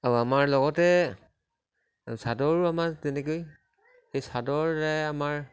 আৰু আমাৰ লগতে চাদৰো আমাৰ তেনেকৈ সেই চাদৰৰদ্বাৰাই আমাৰ